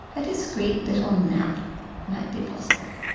a discreet little nap might be possible.